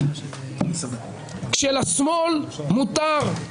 כשלשמאל מותר, כן,